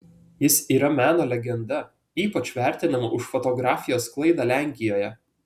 jis yra meno legenda ypač vertinama už fotografijos sklaidą lenkijoje